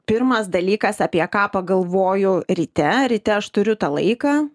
pirmas dalykas apie ką pagalvoju ryte ryte aš turiu tą laiką